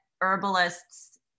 herbalists